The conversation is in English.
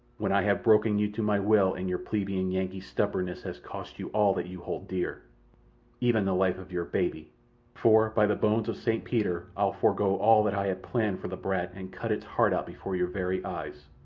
when i have broken you to my will and your plebeian yankee stubbornness has cost you all that you hold dear even the life of your baby for, by the bones of st. peter, i'll forego all that i had planned for the brat and cut its heart out before your very eyes.